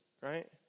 right